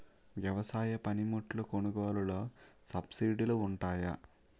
వ్యవసాయ పనిముట్లు కొనుగోలు లొ సబ్సిడీ లు వుంటాయా?